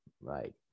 right